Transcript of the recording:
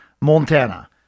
Montana